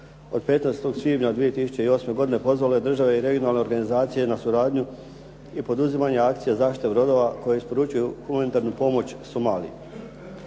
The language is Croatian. od 15. svibnja 2008. godine pozvalo je države i regionalne organizacije na suradnju i poduzimanje akcija zaštite brodova koje isporučuju humanitarnu pomoć Somaliji.